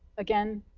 again,